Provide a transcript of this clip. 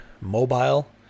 mobile